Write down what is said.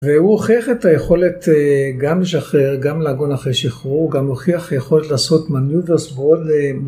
והוא הוכיח את היכולת אה.. גם לשחרר, גם לאגון אחרי שחרור, הוא גם הוכיח את היכולת לעשות מנוברס ועוד אה..